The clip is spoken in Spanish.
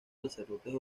sacerdotes